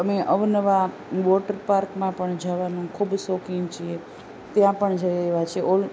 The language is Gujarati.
અમે અવનવા વોટર પાર્કમાં પણ જવાનું ખૂબ જ શોખીન છીએ ત્યાં પણ જઈ આવ્યાં છીએ ઓલ